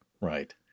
Right